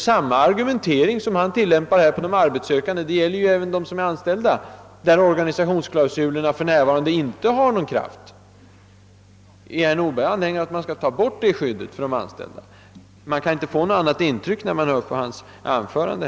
Samma argumentering som han för beträffande de arbetssökande kan tillämpas även på de anställda, där organisationsklausulerna för närvarande inte har någon kraft. Anser herr Nordberg att man skall ta bort det skyddet för de anställda? Det är svårt att få något annat intryck av hans anförande.